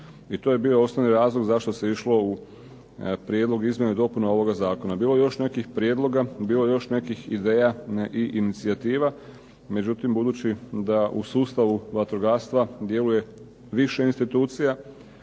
I to je bio osnovni razlog zašto se išlo u prijedlog izmjena i dopuna ovoga Zakona. Bilo je još nekih prijedloga, bilo je još nekih ideja i inicijativa, međutim, budući da u sustavu vatrogastva djeluje više institucija